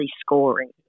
scoring